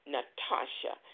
Natasha